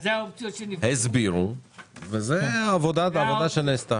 הסבירו וזו העבודה שנעשתה.